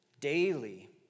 daily